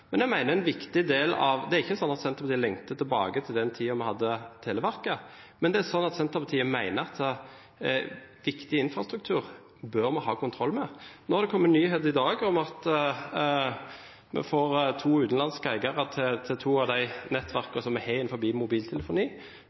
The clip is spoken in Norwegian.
Det er ikke sånn at Senterpartiet lengter tilbake til den tiden da vi hadde Televerket, men det er sånn at Senterpartiet mener at vi bør ha kontroll med viktig infrastruktur. Det har kommet i nyhetene i dag at vi får to utenlandske eiere til to av de nettverkene som vi har innenfor mobiltelefoni.